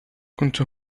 كنت